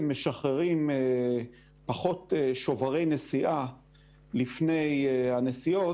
משחררים פחות שוברי נסיעה לפני הנסיעות,